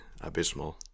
abysmal